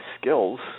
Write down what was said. skills